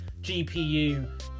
GPU